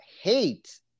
hate